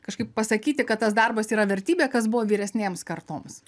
kažkaip pasakyti kad tas darbas yra vertybė kas buvo vyresnėms kartoms